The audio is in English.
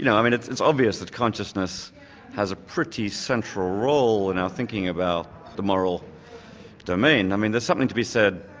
you know it's it's obvious that consciousness has a pretty central role in our thinking about the moral domain. i mean, there's something to be said,